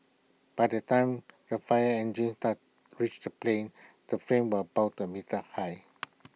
by the time the fire engines reached the plane the flames were about A meter high